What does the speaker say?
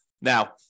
Now